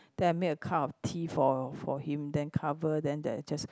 then I made a cup of tea for for him then cover then then I just